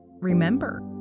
remember